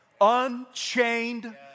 unchained